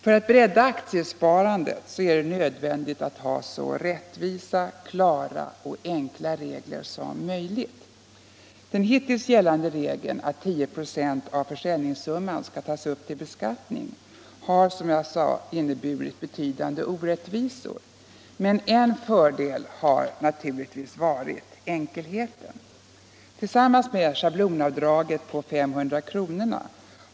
För att bredda aktiesparandet är det nödvändigt att ha så rättvisa, klara och enkla regler som möjligt. Den hittills gällande regeln att 10 96 av försäljningssumman skall tas upp till beskattning har, som jag tidigare sade, inneburit betydande orättvisor. En fördel har emellertid varit just enkelheten. Tillsammans med schablonavdraget på 500 kr.